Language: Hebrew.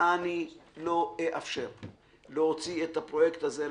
אני לא אאפשר להוציא את הפרויקט הזה לדרך,